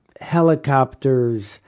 Helicopters